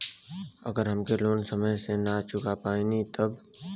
अगर हम लोन समय से ना चुका पैनी तब?